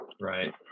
Right